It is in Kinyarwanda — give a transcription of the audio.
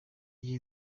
gihe